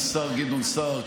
השר גדעון סער,